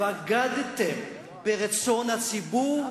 בגדתם ברצון הציבור.